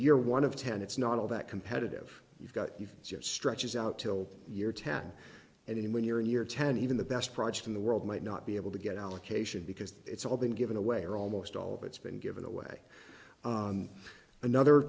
you're one of ten it's not all that competitive you've got you've just stretches out till you're ten and when you're in year ten even the best project in the world might not be able to get allocation because it's all been given away or almost all of it's been given away another